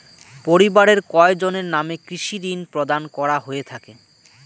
পরিবারের কয়জনের নামে কৃষি ঋণ প্রদান করা হয়ে থাকে?